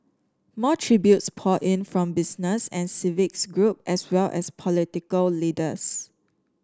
more tributes poured in from business and civic groups as well as political leaders